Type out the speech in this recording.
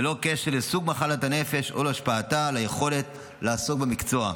ללא קשר לסוג מחלת הנפש או להשפעתה על היכולת לעסוק במקצוע.